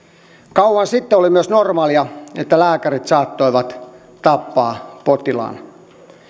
kauan sitten oli myös normaalia että lääkärit saattoivat tappaa potilaan